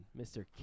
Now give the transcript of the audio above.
Mr